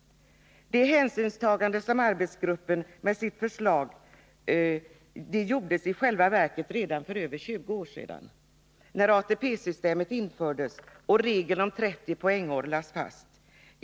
Det hänsynstagande som arbetsgruppen åsyftar genom sitt förslag gjordes i själva verket för över 20 år sedan när ATP-systemet infördes och regeln om 30 poängår lades fast.